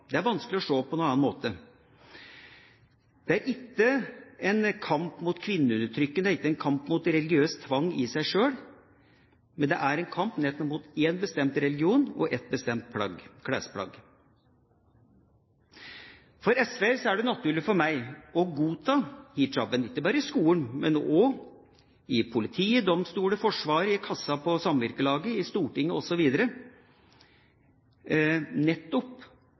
Det er vanskelig å se det på noen annen måte. Det er ikke en kamp mot kvinneundertrykking, og ikke en kamp mot religiøs tvang i seg sjøl, men det er en kamp nettopp mot en bestemt religion og et bestemt klesplagg. Som SV-er er det naturlig for meg å godta hijab, ikke bare i skolen, men også i politiet, i domstolene, i Forsvaret, i kassa på Samvirkelaget, på Stortinget osv., nettopp